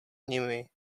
nimi